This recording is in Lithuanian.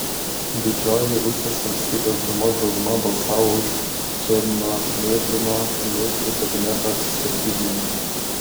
didžioji rusijos valstybės dūmos dauguma balsavo už černomyrdino ministrų kabineto atsistatydinimą